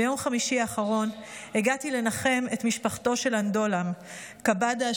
ביום חמישי האחרון הגעתי לנחם את משפחתו של אנדועלם קבדה,